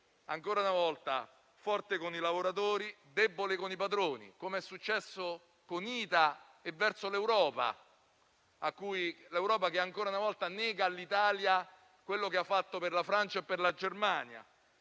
Governo è forte con i lavoratori e debole con i padroni, come è successo con ITA e nei confronti dell'Europa, che ancora una volta nega all'Italia quello che ha fatto per la Francia e per la Germania.